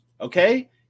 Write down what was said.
okay